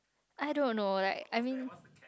I don't know like I mean